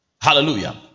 Hallelujah